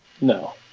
No